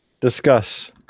discuss